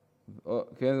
כן?